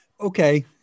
Okay